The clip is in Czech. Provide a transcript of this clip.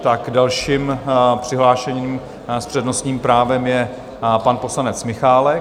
Tak dalším přihlášeným s přednostním právem je pan poslanec Michálek.